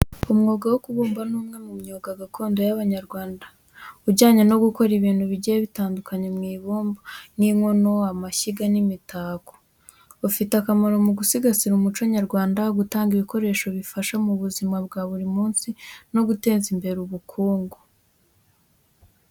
Umwuga wo kubumba ni umwe mu myuga gakondo y’Abanyarwanda ujyanye no gukora ibintu bigiye bitandukanye mu ibumba, nk’inkono, amashyiga, n’imitako. Ufite akamaro mu gusigasira umuco nyarwanda, gutanga ibikoresho bifasha mu buzima bwa buri munsi, no guteza imbere ubukungu.